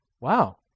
Wow